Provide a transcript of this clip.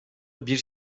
bir